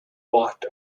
walked